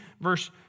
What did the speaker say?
Verse